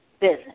business